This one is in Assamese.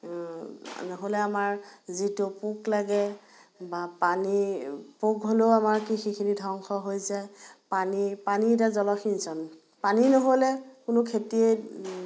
নহ'লে আমাৰ যিটো পোক লাগে বা পানী পোক হ'লেও আমাৰ কৃষিখিনি ধ্বংস হৈ যায় পানী পানী এতিয়া জলসিঞ্চন পানী নহ'লে কোনো খেতিয়েই